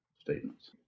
statements